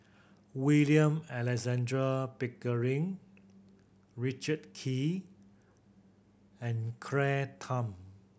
William Alexander Pickering Richard Kee and Claire Tham